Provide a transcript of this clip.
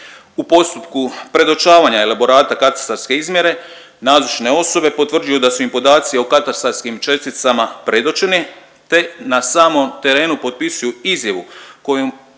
U postupku predočavanja elaborata katastarske izmjere nazočne osobe potvrđuju da su im podaci o katastarskim česticama predočeni, te na samom terenu potpisuju izjavu kojom potvrđuju